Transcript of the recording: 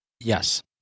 Yes